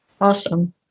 Awesome